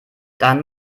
dann